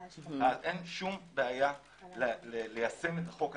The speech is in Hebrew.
אין כל בעיה ליישם את החוק הזה.